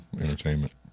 entertainment